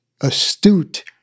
astute